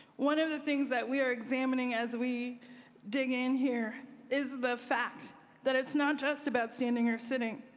one of the things that we are examining as we dig in here is the fact that it's not just about standing or sitting.